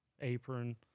apron